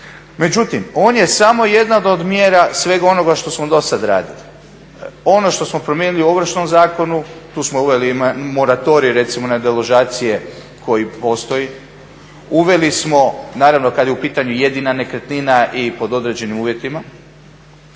Međutim, on je samo jedna od mjera svega onoga što smo do sada radili, ono što smo promijenili u Ovršnom zakonu tu smo uveli i moratorij recimo na deložacije koji postoji, uveli smo naravno kad je u pitanju jedina nekretnina i pod određenim uvjetima.